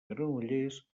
granollers